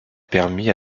permis